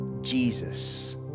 Jesus